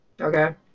Okay